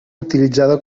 utilitzada